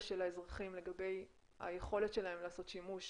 של האזרחים לגבי היכולת שלהם לעשות שימוש